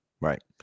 right